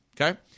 Okay